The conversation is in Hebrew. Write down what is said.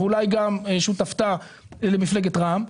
ואולי גם שותפתה למפלגת רע"מ.